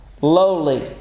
lowly